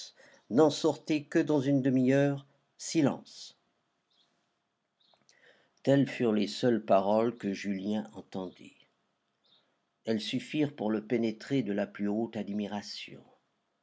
n'en sortez que dans une demi-heure silence telles furent les seules paroles que julien entendit elles suffirent pour le pénétrer de la plus haute admiration